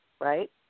right